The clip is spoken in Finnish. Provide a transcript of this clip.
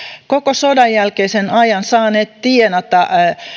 koko sodanjälkeisen ajan saaneet tienata